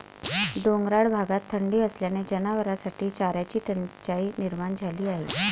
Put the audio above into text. डोंगराळ भागात थंडी असल्याने जनावरांसाठी चाऱ्याची टंचाई निर्माण झाली आहे